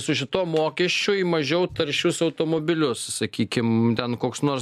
su šituo mokesčiu į mažiau taršius automobilius sakykim ten koks nors